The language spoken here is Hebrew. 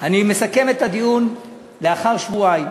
אני מסכם את הדיון לאחר שבועיים,